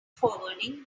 forwarding